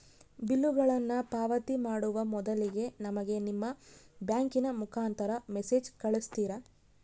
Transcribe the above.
ಬಿಲ್ಲುಗಳನ್ನ ಪಾವತಿ ಮಾಡುವ ಮೊದಲಿಗೆ ನಮಗೆ ನಿಮ್ಮ ಬ್ಯಾಂಕಿನ ಮುಖಾಂತರ ಮೆಸೇಜ್ ಕಳಿಸ್ತಿರಾ?